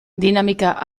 dinamika